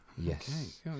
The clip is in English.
Yes